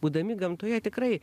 būdami gamtoje tikrai